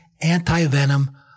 anti-venom